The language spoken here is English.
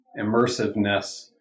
immersiveness